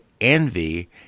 envy